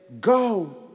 go